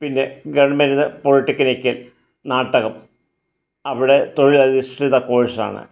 പിന്നെ government polytechnic Nattakam അവിടെ തൊഴിലധിഷ്ഠിത കോഴ്സാണ്